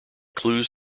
clues